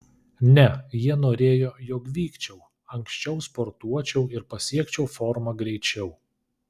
ne jie norėjo jog vykčiau anksčiau sportuočiau ir pasiekčiau formą greičiau